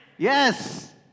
Yes